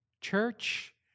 Church